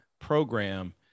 program